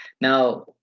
Now